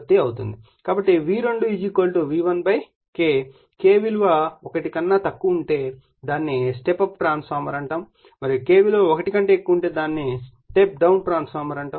కాబట్టి V2 V1 K K విలువ ఒకటి కన్నా తక్కువ ఉంటే దానిని స్టెప్ అప్ ట్రాన్స్ఫార్మర్ అని అంటాము మరియు K విలువ ఒకటి కంటే ఎక్కువ ఉంటే దానిని స్టెప్ డౌన్ ట్రాన్స్ఫార్మర్ అంటారు